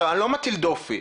אני לא מטיל דופי,